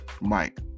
Mike